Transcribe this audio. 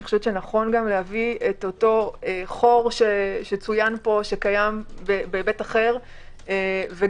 אני חושבת שנכון להביא את אותו חור שמצוין פה שקיים בהיבט אחר וגם